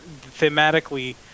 thematically